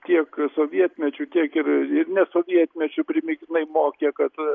tiek sovietmečiu tiek ir net sovietmečiu primygtinai mokė kad